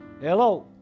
Hello